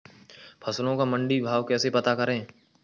फसलों का मंडी भाव कैसे पता करें?